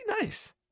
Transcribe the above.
nice